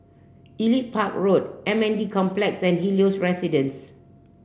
Elite Park Road M N D Complex and Helios Residences